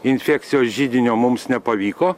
infekcijos židinio mums nepavyko